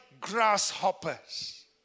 grasshoppers